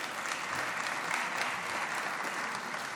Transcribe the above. בת לפליקס ומרסל סיבוני,